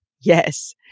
Yes